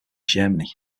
germany